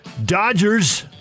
Dodgers